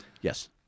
Yes